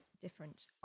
different